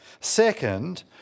Second